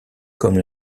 comme